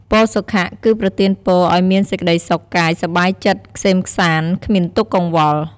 ពរសុខៈ គឺប្រទានពរឲ្យមានសេចក្ដីសុខកាយសប្បាយចិត្ត ក្សេមក្សាន្ត គ្មានទុក្ខកង្វល់។